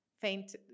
faint